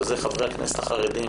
וזה חברי הכנסת החרדים